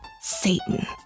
Satan